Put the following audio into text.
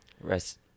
Rest